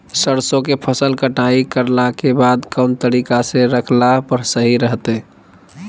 सरसों के फसल कटाई करला के बाद कौन तरीका से रखला पर सही रहतय?